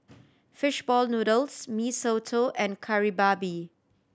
fish ball noodles Mee Soto and Kari Babi